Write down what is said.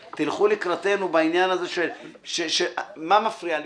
לקראתנו בעניין הזה של -- -מה מפריע לי?